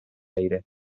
aire